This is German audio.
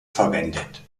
verwendet